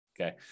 Okay